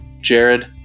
jared